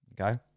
okay